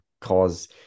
cause